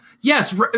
yes